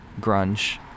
grunge